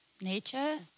Nature